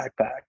backpack